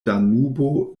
danubo